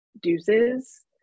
deuces